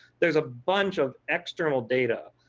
there is a bunch of external data.